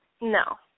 No